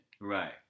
right